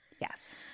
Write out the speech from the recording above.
Yes